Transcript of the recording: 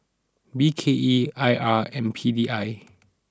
B K E I R and P D I